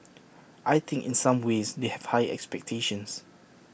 I think in some ways they have higher expectations